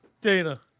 Dana